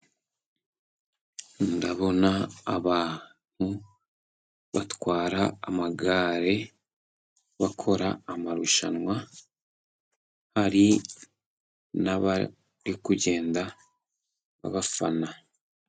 Ndabona abantu batwara amagare, bakora amarushanwa hari n'abari kugenda bafana.